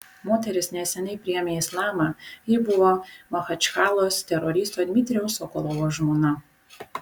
moteris neseniai priėmė islamą ji buvo machačkalos teroristo dmitrijaus sokolovo žmona